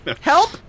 Help